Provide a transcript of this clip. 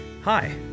Hi